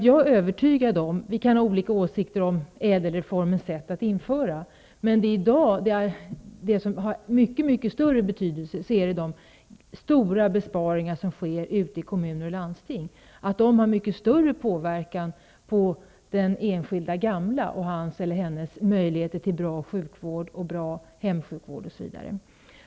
Jag är övertygad om att vi kan ha olika sätt att se på införandet av ÄDEL-reformen. Men i dag är de stora besparingar som kan göras i kommuner och landsting av större betydelse. De har större påverkan på den enskilde gamle och hans eller hennes möjligheter till bra sjukvård och hemsjukvård osv.